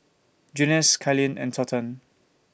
Junious Cailyn and Thornton